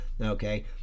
okay